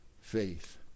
faith